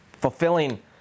fulfilling